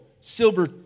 silver